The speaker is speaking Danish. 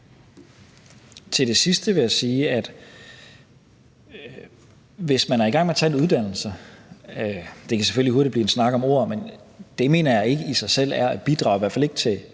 Til det sidste vil jeg sige, at det at være i gang med at tage en uddannelse – det kan selvfølgelig hurtigt blive en snak om ord – mener jeg ikke i sig selv er at bidrage, i hvert fald ikke til